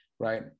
Right